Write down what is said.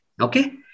Okay